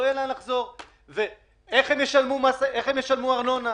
איך הם ישלמו ארנונה?